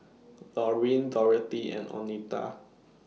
Lauryn Dorothea and Oneta